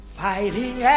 fighting